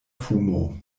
fumo